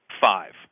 five